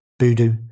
voodoo